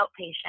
outpatient